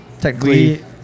Technically